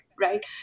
right